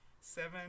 Seven